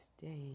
day